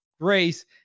Grace